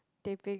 teh peng